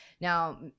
Now